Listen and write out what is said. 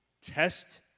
test